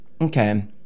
Okay